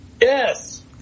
Yes